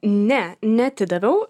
ne neatidaviau